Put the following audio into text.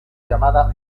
llamada